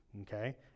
okay